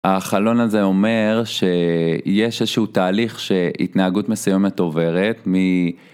החלון הזה אומר ש.. יש איזשהו תהליך שהתנהגות מסוימת עוברת מ...